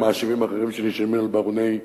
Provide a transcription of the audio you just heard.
ומאשימים אחרים שנשענים על ברוני נפט.